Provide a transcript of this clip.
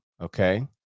okay